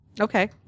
Okay